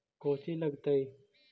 कौची लगतय?